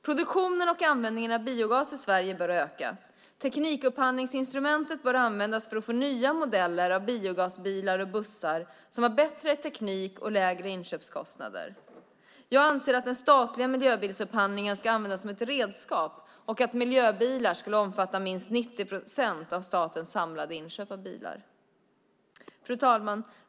Produktionen och användningen av biogas i Sverige bör öka. Teknikupphandlingsinstrumentet bör användas för att få nya modeller av biogasbilar och bussar som har bättre teknik och lägre inköpskostnader. Jag anser att den statliga miljöbilsupphandlingen ska användas som ett redskap och att miljöbilar skulle omfatta minst 90 procent av statens samlade inköp av bilar. Fru talman!